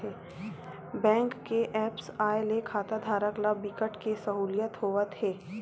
bank के apps आए ले खाताधारक ल बिकट के सहूलियत होवत हे